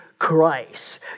Christ